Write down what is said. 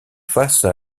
face